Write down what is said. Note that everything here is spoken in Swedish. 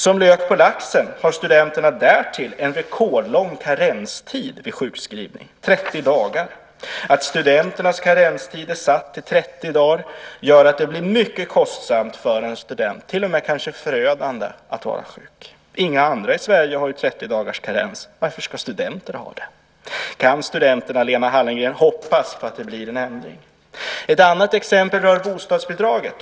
Som lök på laxen har studenterna därtill en rekordlång karenstid vid sjukskrivning, 30 dagar. Att studenternas karenstid är satt till 30 dagar gör att det blir mycket kostsamt för en student - till och med kanske förödande - att vara sjuk. Inga andra i Sverige har 30 dagar karenstid. Varför ska studenter ha det? Kan studenterna, Lena Hallengren, hoppas på att det blir en ändring? Ett annat exempel rör bostadsbidraget.